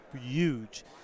huge